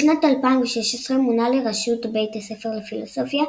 בשנת 2016 מונה לראשות בית הספר לפילוסופיה,